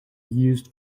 used